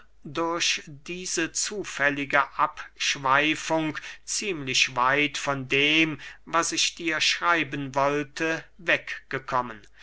durch diese zufällige abschweifung ziemlich weit von dem was ich dir schreiben wollte weggekommen